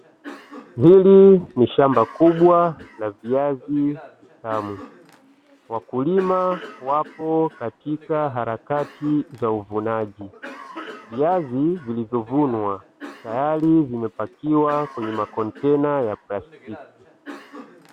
Hili ni shamba kubwa la viazi vitamu, wakulima wapo katika harakati za uvunaji. Viazi vilivyovunwa tayari vimepakiwa kwenye makontena ya plastiki.